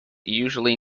usually